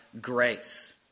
grace